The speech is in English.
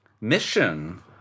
mission